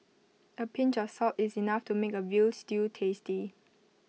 A pinch of salt is enough to make A Veal Stew tasty